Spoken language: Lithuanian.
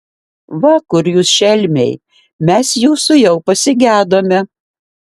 va kur jūs šelmiai mes jūsų jau pasigedome